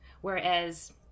whereas